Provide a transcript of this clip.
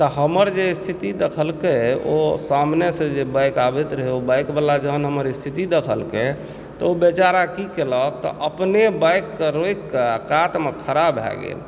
तऽ हमर जे स्थिति देखलकै ओ सामनेसँ जे बाइक आबैत रहय ओऽ बाइकबला जखन हमर स्थिति देखलकै तऽ ओ बेचारा की केलक तऽ अपने बाइककेँ रोकिके आ कातमे खड़ा भए गेल